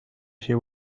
she